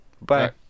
Bye